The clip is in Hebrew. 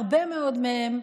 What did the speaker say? שהרבה מאוד מהם,